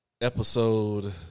episode